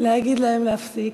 להגיד להם להפסיק.